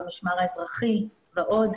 במשמר האזרחי ועוד.